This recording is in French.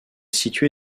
situé